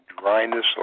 dryness